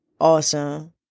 Awesome